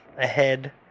ahead